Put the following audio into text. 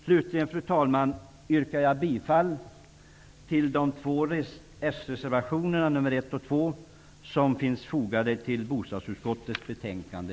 Slutligen, fru talman, yrkar jag bifall till de två socialdemokratiska reservationerna nr 1 och 2 som finns fogade till bostadsutskottets betänkande